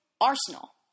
Arsenal